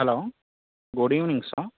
hello good evening sir